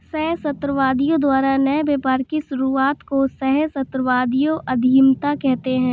सहस्राब्दियों द्वारा नए व्यापार की शुरुआत को ही सहस्राब्दियों उधीमता कहते हैं